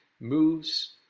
moves